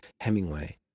Hemingway